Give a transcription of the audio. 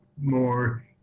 more